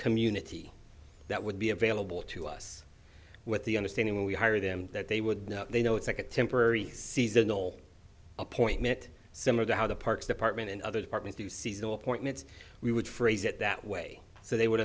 community that would be available to us with the understanding we hire them that they would know they know it's like a temporary seasonal appointment similar to how the parks department and other department do seasonal appointments we would phrase it that way so they would